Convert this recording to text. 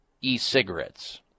e-cigarettes